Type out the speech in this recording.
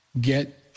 get